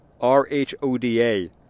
R-H-O-D-A